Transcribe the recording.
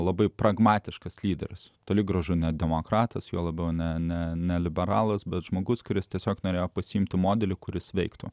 labai pragmatiškas lyderis toli gražu ne demokratas juo labiau ne ne ne liberalas bet žmogus kuris tiesiog norėjo pasiimti modelį kuris veiktų